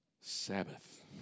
Sabbath